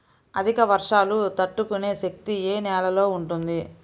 అధిక వర్షాలు తట్టుకునే శక్తి ఏ నేలలో ఉంటుంది?